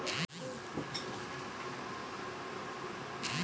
কোন জিনিসের উপর যে বর্ণনা লেখা থাকে তাকে ভূমিকা বলা হয়